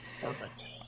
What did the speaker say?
Perfect